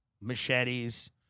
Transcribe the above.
machetes